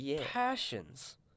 Passions